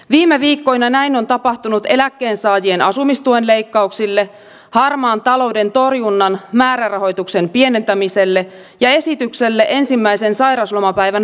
viime viikkoina näin on tapahtunut eläkkeensaajien asumistuen leikkauksille harmaan talouden torjunnan määrärahoituksen pienentämiselle ja esitykselle ensimmäisen sairauslomapäivän palkattomuudesta